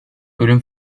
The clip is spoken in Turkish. ölüm